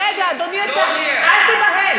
רגע, אדוני השר, לא יהיה.